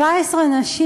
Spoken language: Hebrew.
17 נשים.